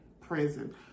prison